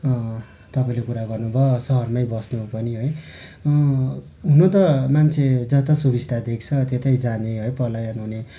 तपाईँले कुरा गर्नु भयो सहरमै बस्नु पनि है हुनु त मान्छे जता सुविस्ता देख्छ त्यतै जाने है पलायन हुने